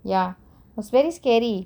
ya was very scary